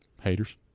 Haters